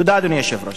תודה.